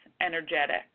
energetic